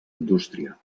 indústria